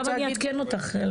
לא, אני אעדכן אותך.